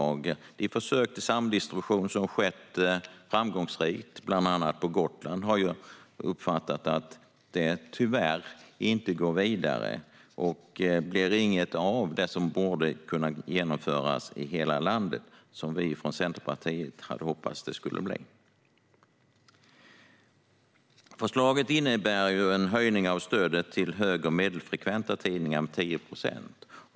Jag har uppfattat att de försök till samdistribution som har varit framgångsrika, bland annat på Gotland, tyvärr inte går vidare och att det inte blir något av det som borde kunna genomföras i hela landet, som vi från Centerpartiet hade hoppats att det skulle bli. Förslaget innebär en höjning av stödet till hög och medelfrekventa tidningar med 10 procent.